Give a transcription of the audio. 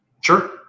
sure